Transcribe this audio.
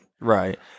Right